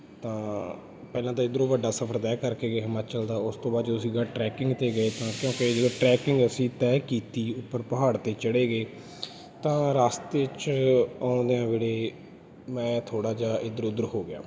ਤਾਂ ਪਹਿਲਾਂ ਤਾਂ ਇੱਧਰੋਂ ਵੱਡਾ ਸਫ਼ਰ ਤੈਅ ਕਰਕੇ ਗਏ ਹਿਮਾਚਲ ਦਾ ਉਸ ਤੋਂ ਬਾਅਦ ਜਦੋਂ ਅਸੀਂ ਅਗਾਂਹ ਟਰੈਕਿੰਗ 'ਤੇ ਗਏ ਤਾਂ ਕਿਉਂਕਿ ਜਦੋਂ ਟਰੈਕਿੰਗ ਅਸੀਂ ਤੈਅ ਕੀਤੀ ਉੱਪਰ ਪਹਾੜ 'ਤੇ ਚੜ੍ਹੇ ਗਏ ਤਾਂ ਰਸਤੇ 'ਚ ਆਉਂਦਿਆਂ ਵੇੜੇ ਮੈਂ ਥੋੜ੍ਹਾ ਜਿਹਾ ਇੱਧਰ ਉੱਧਰ ਹੋ ਗਿਆ